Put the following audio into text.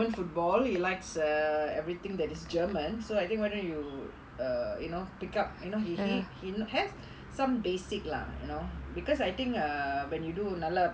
football he likes ah everything that is german so I think whether you err you know pick up you know he has some basic lah you know because I think err when you do நல்லா:nallaa